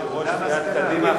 יושבת-ראש סיעת קדימה,